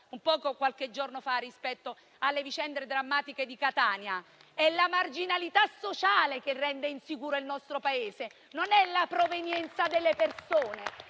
fatta qualche giorno fa rispetto alle vicende drammatiche di Catania. È la marginalità sociale che rende insicuro il nostro Paese, non la provenienza delle persone: